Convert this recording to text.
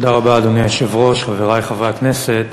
אדוני היושב-ראש, חברי חברי הכנסת,